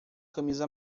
camisa